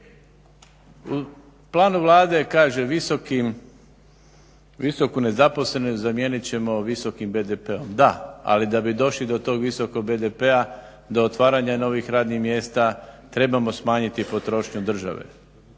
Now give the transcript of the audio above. Plan Vlade je kaže visoku nezaposlenost zamijenit ćemo visokim BDP-om. Da, ali da bi došli do tog visokog BDP-a, do otvaranja novih radnih mjesta trebamo smanjiti potrošnju države,